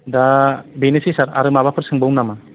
दा बेनोसै सार आरो माबाफोर सोंबावनो नामा